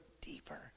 deeper